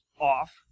off